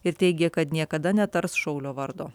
ir teigė kad niekada netars šaulio vardo